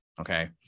Okay